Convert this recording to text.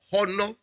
honor